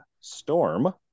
Storm